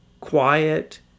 quiet